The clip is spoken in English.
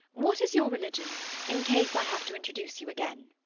what is your religion in case i have to introduce you again?